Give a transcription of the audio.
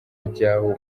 ryawo